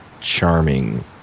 charming